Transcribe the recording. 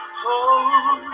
hold